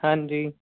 ਹਾਂਜੀ